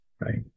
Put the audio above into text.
right